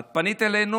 את פנית אלינו,